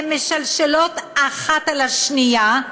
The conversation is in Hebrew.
הן משלשלות אחת על השנייה,